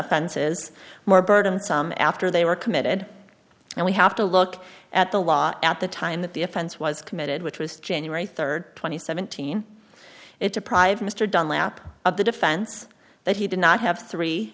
offenses more burdensome after they were committed and we have to look at the law at the time that the offense was committed which was january rd two thousand and seventeen it deprives mr dunlap of the defense that he did not have three